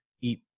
eat